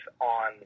on